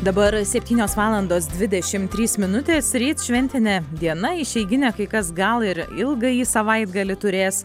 dabar septynios valandos dvidešimt trys minutės ryt šventinė diena išeiginė kai kas gal ir ilgąjį savaitgalį turės